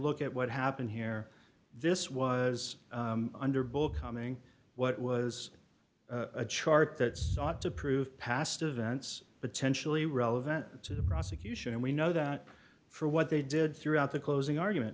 look at what happened here this was under book coming what was a chart that sought to prove past events potentially relevant to the prosecution and we know that for what they did throughout the closing argument